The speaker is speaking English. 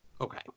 okay